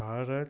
Bharat